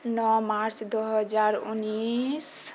नओ मार्च दो हजार उन्नैस